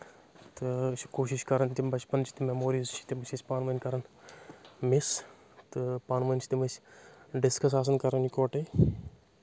تہٕ أسۍ چھِ کوٗشِش کران تِم بچپن چھِ تِم میموریٖز چھِ تِم چھِ أسۍ پانہٕ ؤنۍ کران مِس تہٕ پانہٕ ؤنۍ چھِ تِم أسۍ ڈسکس آسان کران یکوٹے